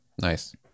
nice